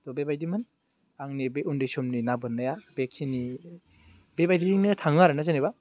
थ' बेबायदिमोन आंनि बे उन्दै समनि ना बोननाया बेखिनि बेबायदियैनो थाङो आरो ना जेनेबा